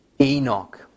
Enoch